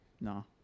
No